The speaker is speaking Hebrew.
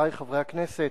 חברי חברי הכנסת,